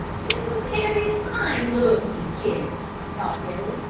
two very fine looking kids, thought billy.